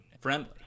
friendly